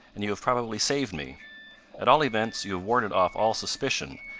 and you have probably saved me at all events, you have warded off all suspicion,